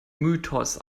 mythos